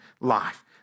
life